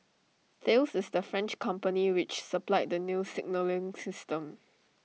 Thales is the French company which supplied the new signalling system